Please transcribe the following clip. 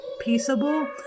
peaceable